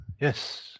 Yes